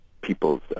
people's